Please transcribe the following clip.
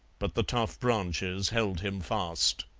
but the tough branches held him fast.